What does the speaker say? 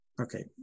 Okay